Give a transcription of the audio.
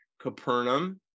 Capernaum